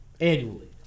annually